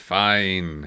fine